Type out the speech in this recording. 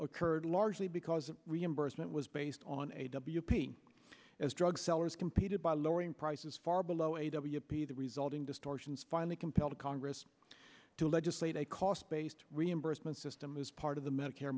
occurred largely because reimbursement was based on a w p as drug sellers competed by lowering prices far below a w p the resulting distortions finally compelled congress to legislate a cost based reimbursement system as part of the medicare